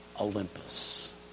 Olympus